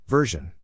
Version